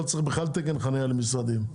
לא צריך בכלל תקן חנייה למשרדים.